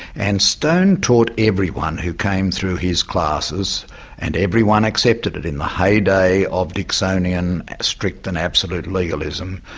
and stone taught everyone who came through his classes and everyone accepted it in the heyday of dixonian strict and absolute legalism,